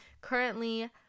Currently